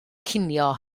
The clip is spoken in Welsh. cinio